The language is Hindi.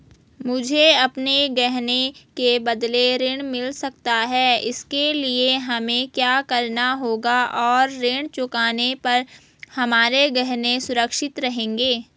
मुझे अपने गहने के बदलें ऋण मिल सकता है इसके लिए हमें क्या करना होगा और ऋण चुकाने पर हमारे गहने सुरक्षित रहेंगे?